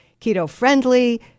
keto-friendly